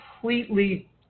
completely